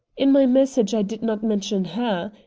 in my message i did not mention her.